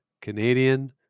Canadian